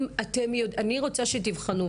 אני מבקשת שמשרד הבריאות יבחן,